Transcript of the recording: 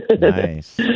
Nice